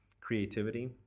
creativity